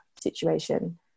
situation